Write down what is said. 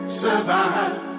survive